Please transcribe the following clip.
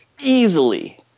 Easily